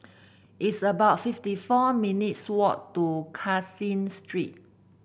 it's about fifty four minutes walk to Caseen Street